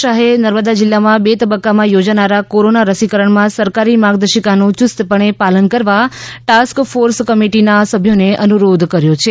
શાહે નર્મદા જીલ્લામાં બે તબ્બકામાં યોજાનારા કોરોના રસીકરણમાં સરકારી માર્ગદર્શિકાનું યુસ્તપણે પાલન કરવા ટાસ્ક ફોર્સ કમિટીના સભ્યોને અનુરોધ કર્યો છે